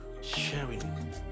sharing